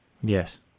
Yes